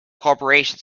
corporations